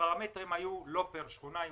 הפרמטרים היו לא פר שכונה,